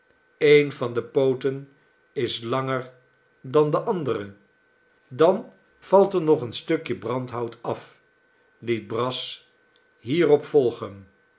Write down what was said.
een van de pooten is langer dan de andere dan valt er nog een stukje brandhout af liet brass hierop volgen